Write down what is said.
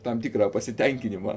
tam tikrą pasitenkinimą